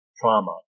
trauma